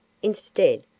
instead,